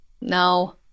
no